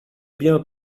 bien